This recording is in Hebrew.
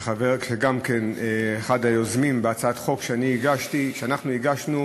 שהוא אחד היוזמים בהצעת החוק שהגשנו,